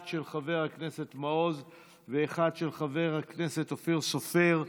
אחד של חבר הכנסת מעוז ואחד של חבר הכנסת אופיר סופר.